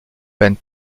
peine